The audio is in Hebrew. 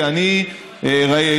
כי אני שמעתי,